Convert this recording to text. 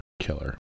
killer